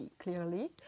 clearly